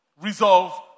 resolve